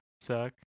suck